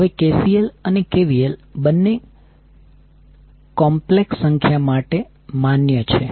હવે KCL અને KVL બંને કોમ્પ્લેક્સ સંખ્યા માટે માન્ય છે